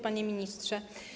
Panie Ministrze!